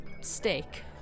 steak